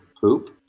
poop